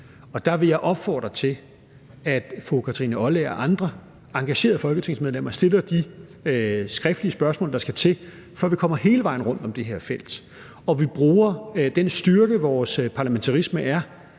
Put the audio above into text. Derfor vil jeg opfordre til, at fru Kathrine Olldag og andre engagerede folketingsmedlemmer stiller de skriftlige spørgsmål, der skal til, for at vi kommer hele vejen rundt om det her felt, og opfordrer til, at vi bruger den styrke, vores parlamentarisme har,